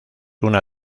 una